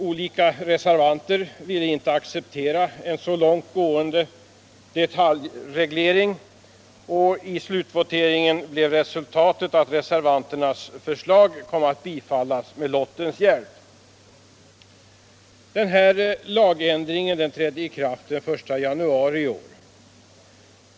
Flera reservanter ville inte acceptera en så långt gående detaljreglering, och i slutvoteringen bifölls reservanternas förslag med lottens hjälp. Lagändringen trädde i kraft den 1 januari i år.